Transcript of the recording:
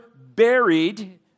buried